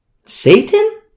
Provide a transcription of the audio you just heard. Satan